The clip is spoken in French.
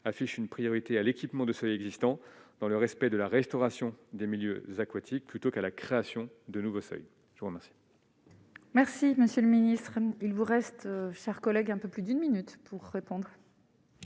affiche une priorité à l'équipement de série existant dans le respect de la restauration des milieux aquatiques, plutôt qu'à la création de nouveaux seuils je vous remercie. Merci monsieur le ministre, il vous reste, chers collègues, un peu plus d'une minute pour répondre.